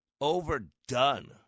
overdone